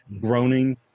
groaning